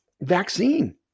vaccine